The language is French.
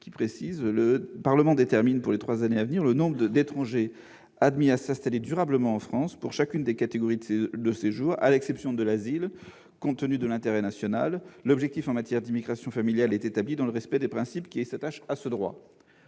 normatives :« Le Parlement détermine pour les trois années à venir le nombre d'étrangers admis à s'installer durablement en France pour chacune des catégories de séjour, à l'exception de l'asile, compte tenu de l'intérêt national. L'objectif en matière d'immigration familiale est établi dans le respect des principes qui s'attachent à ce droit. »